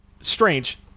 Strange